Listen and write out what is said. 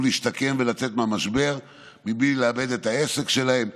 להשתקם ולצאת מהמשבר בלי לאבד את העסק שלהם,